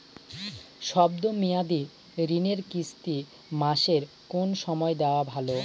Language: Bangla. শব্দ মেয়াদি ঋণের কিস্তি মাসের কোন সময় দেওয়া ভালো?